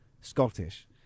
Scottish